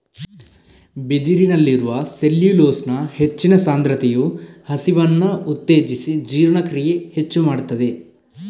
ಬಿದಿರಿನಲ್ಲಿರುವ ಸೆಲ್ಯುಲೋಸ್ನ ಹೆಚ್ಚಿನ ಸಾಂದ್ರತೆಯು ಹಸಿವನ್ನ ಉತ್ತೇಜಿಸಿ ಜೀರ್ಣಕ್ರಿಯೆ ಹೆಚ್ಚು ಮಾಡ್ತದೆ